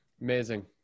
Amazing